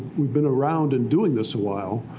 we've been around and doing this awhile,